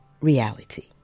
reality